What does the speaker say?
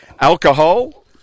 Alcohol